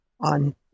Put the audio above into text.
on